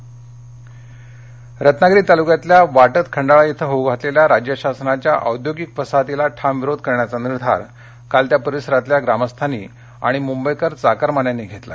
विरोध रत्नागिरी रत्नागिरी तालुक्यातल्या वाटद खंडाळा इथं होऊ घातलेल्या राज्य शासनाच्या औद्योगिक वसाहतीला ठाम विरोध करण्याचा निर्धार काल त्या परिसरातल्या ग्रामस्थांनी आणि मुंबईकर चाकरमान्यांनी घेतला